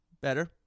better